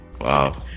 Wow